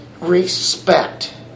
respect